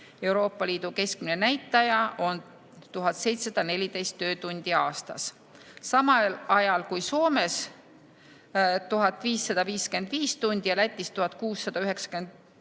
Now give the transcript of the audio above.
Euroopa Liidu keskmine näitaja on 1714 töötundi aastas, samal ajal kui Soomes on see 1555 tundi ja Lätis 1699